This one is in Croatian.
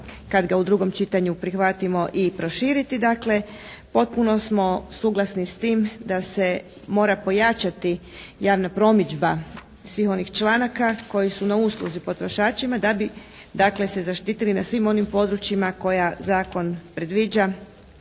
kad ga u drugom čitanju prihvatimo i proširiti. Potpuno smo suglasni s tim da se mora pojačati javna promidžba svih onih članaka koji su na usluzi potrošačima da bi se zaštitili na svim onim područjima koja zakon predviđa